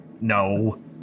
no